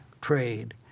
trade